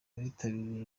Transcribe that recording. abitabiriye